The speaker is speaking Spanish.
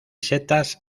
setas